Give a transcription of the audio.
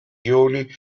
ioni